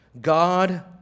God